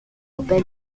open